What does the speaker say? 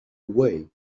away